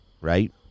right